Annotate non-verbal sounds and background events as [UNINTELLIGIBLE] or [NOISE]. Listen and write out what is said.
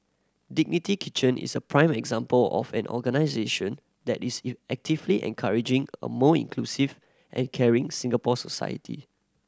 Dignity Kitchen is a prime example of an organisation that is [UNINTELLIGIBLE] actively encouraging a more inclusive and caring Singapore society